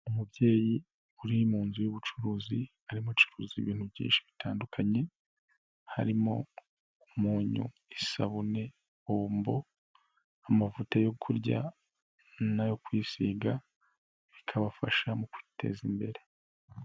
Umubyeyi uri mu nzu y'ubucuruzi arimo acuruza ibintu byinshi bitandukanye, harimo umunyu, isabune, bombo, amavuta yo kurya n'ayo kwisiga bikabafasha mu kwiteza imbere.